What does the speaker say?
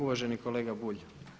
Uvaženi kolega Bulj.